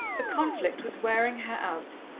the conflict was wearing her out,